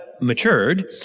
matured